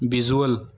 visual